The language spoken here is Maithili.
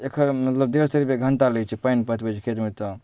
एकर मतलब डेढ़ सओ रुपैए घण्टा लगै छै पानि पटबै छै खेतमे तब